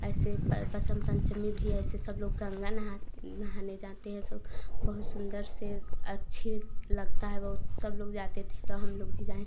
ऐसे बसंत पंचमी भी ऐसे सब लोग गंगा नहा नहाने जाते हैं सब बहुत सुंदर से अच्छे लगता है बहुत सब लोग जाते थे तो हम लोग भी जाएं